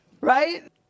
Right